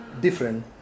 different